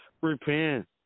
Repent